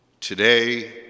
Today